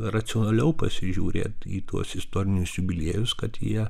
racionaliau pasižiūrėt į tuos istorinius jubiliejus kad jie